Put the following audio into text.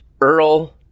Earl